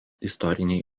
istoriniai